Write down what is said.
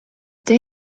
day